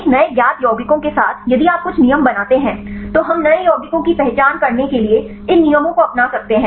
एक नए ज्ञात यौगिकों के साथ यदि आप कुछ नियम बनाते हैं तो हम नए यौगिकों की पहचान करने के लिए इन नियमों को अपना सकते हैं